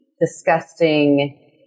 disgusting